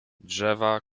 drzewa